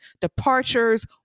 departures